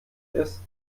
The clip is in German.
ist